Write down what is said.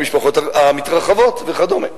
למשפחות המתרחבות וכדומה.